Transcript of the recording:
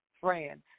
France